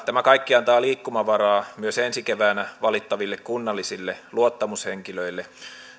tämä kaikki antaa liikkumavaraa myös ensi keväänä valittaville kunnallisille luottamushenkilöille